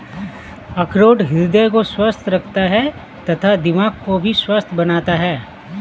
अखरोट हृदय को स्वस्थ रखता है तथा दिमाग को भी स्वस्थ बनाता है